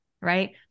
Right